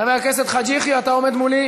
חבר הכנסת חאג' יחיא, אתה עומד מולי